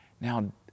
now